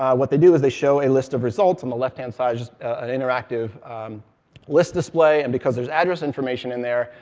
what they do is they show a list of results on the left-hand side, an interactive list display, and because there's address information in there,